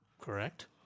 correct